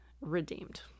Redeemed